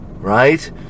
right